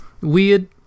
weird